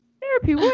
Therapy